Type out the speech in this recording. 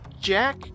Jack